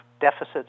deficits